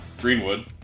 Greenwood